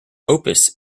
opus